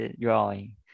drawing